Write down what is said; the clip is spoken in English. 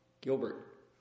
Gilbert